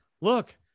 look